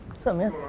sup man?